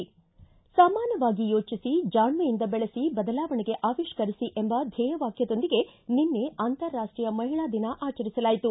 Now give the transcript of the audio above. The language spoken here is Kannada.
ಸಮಾನವಾಗಿ ಯೋಚಿಸಿ ಜಾಣ್ನೆಯಿಂದ ಬೆಳೆಸಿ ಬದಲಾವಣೆಗೆ ಆವಿಷ್ಠರಿಸಿ ಎಂಬ ಧ್ವೇಯ ವಾಕ್ಟದೊಂದಿಗೆ ನಿನ್ನೆ ಅಂತಾರಾಷ್ಷೀಯ ಮಹಿಳಾ ದಿನ ಆಚರಿಸಲಾಯಿತು